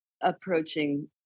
approaching